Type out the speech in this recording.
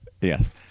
Yes